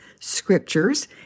scriptures